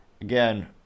again